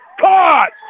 Caught